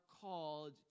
called